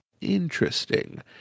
interesting